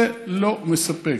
זה לא מספק.